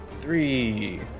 three